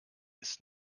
ist